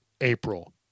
April